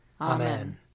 Amen